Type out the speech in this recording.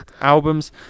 Albums